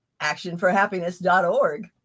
actionforhappiness.org